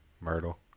Myrtle